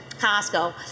Costco